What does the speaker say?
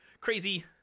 crazy